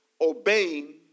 obeying